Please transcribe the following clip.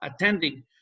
attending